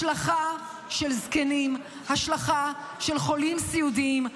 השלכה של זקנים, השלכה של חולים סיעודיים.